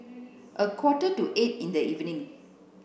a quarter to eight in the evening